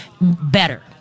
better